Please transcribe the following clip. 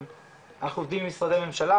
אנחנו עובדים עם משרדי ממשלה,